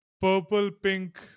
purple-pink